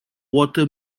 water